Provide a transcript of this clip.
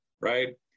right